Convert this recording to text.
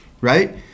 right